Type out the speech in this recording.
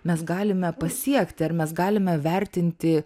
mes galime pasiekti ar mes galime vertinti